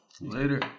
Later